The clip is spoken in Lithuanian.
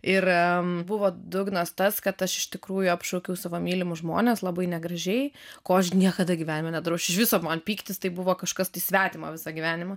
ir buvo dugnas tas kad aš iš tikrųjų apšaukiau savo mylimus žmones labai negražiai ko aš niekada gyvenime nedarau aš iš viso man pyktis tai buvo kažkas svetimo visą gyvenimą